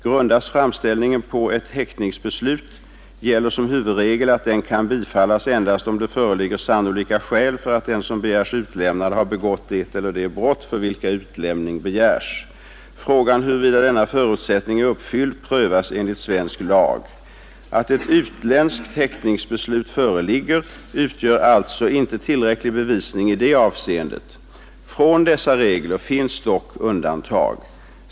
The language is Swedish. Grundas framställningen på ett häktningsbeslut gäller som huvudregel att den kan bifallas endast om det föreligger sannolika skäl att den som begärs utlämnad har begått det eller de brott för vilka utlämning begärs. Frågan huruvida denna förutsättning är uppfylld prövas enligt svensk lag. Att ett utländskt häktningsbeslut föreligger utgör alltså inte tillräcklig bevisning i det avseendet. Från dessa regler finns dock undantag.